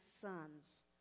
sons